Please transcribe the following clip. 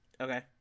Okay